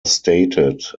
stated